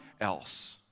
else